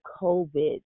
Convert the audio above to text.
COVID